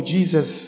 Jesus